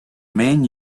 main